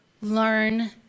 learn